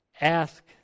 ask